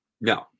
No